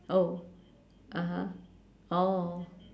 oh (uh huh) oh